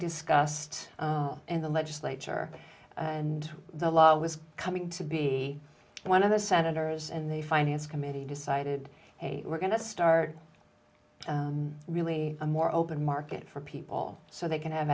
discussed in the legislature and the law was coming to be one of the senators in the finance committee decided they were going to start really a more open market for people so they can have